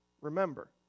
remember